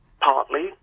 partly